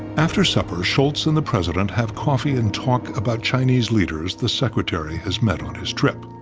after supper, shultz and the president have coffee and talk about chinese leaders the secretary has met on his trip.